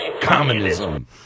communism